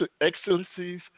excellencies